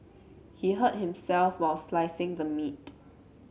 he hurt himself while slicing the meat